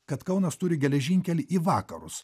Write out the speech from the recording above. kad kaunas turi geležinkelį į vakarus